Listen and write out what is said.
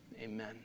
Amen